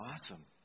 Awesome